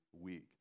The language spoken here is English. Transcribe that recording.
week